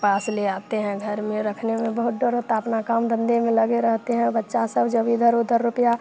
पास ले आते हैं घर में रखने में बहुत डर होता अपना काम धंधे में लगे रहते हैं बच्चा सब जब इधर उधर रुपया